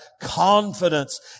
confidence